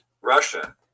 Russia